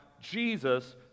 Jesus